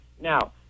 Now